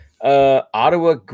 Ottawa